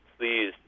please